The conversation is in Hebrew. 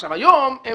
עכשיו היום הם